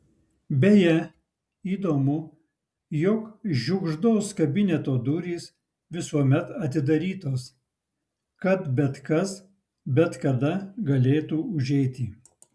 beje įdomu jog žiugždos kabineto durys visuomet atidarytos kad bet kas bet kada galėtų užeiti